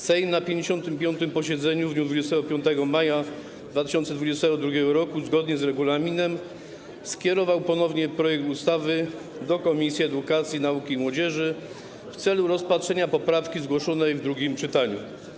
Sejm na 55. posiedzeniu w dniu 25 maja 2022 r., zgodnie z regulaminem, skierował ponownie projekt ustawy do Komisji Edukacji, Nauki i Młodzieży w celu rozpatrzenia poprawki zgłoszonej w drugim czytaniu.